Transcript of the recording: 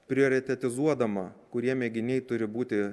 prioritetizuodama kurie mėginiai turi būti